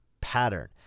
pattern